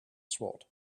sword